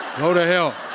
go to hell.